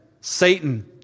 Satan